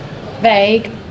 Vague